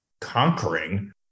conquering